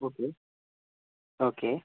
okay okay